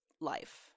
life